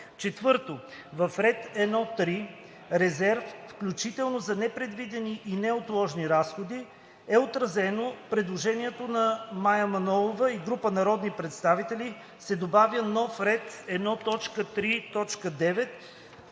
4. В ред 1.3 „Резерв, включително за непредвидени и неотложни разходи“ е отразено предложение на Мая Манолова и група народни представители и се добавя нов подред 1.3.9